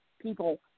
people